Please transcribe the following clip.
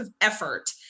effort